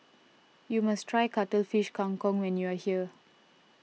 you must try Cuttlefish Kang Kong when you are here